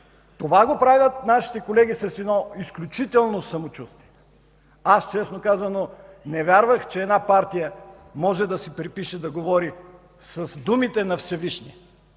Това го правят нашите колеги с едно изключително самочувствие. Честно казано, аз не вярвах, че една партия може да си припише да говори с думите на Всевишния.